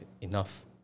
enough